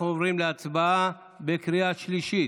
אנחנו עוברים להצבעה בקריאה שלישית.